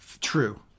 True